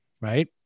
Right